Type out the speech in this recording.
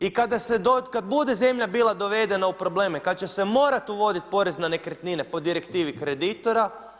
I kada bude zemlja bila dovedena u probleme, kada će se morati uvoditi porez na nekretnine po direktivi kreditora.